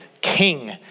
king